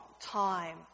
time